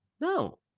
No